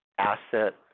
asset